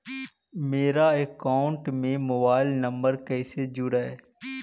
मेरा अकाउंटस में mobile number कैसे जुड़उ?